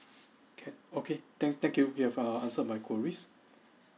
can okay thank thank you have err answered my queries